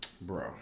Bro